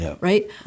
right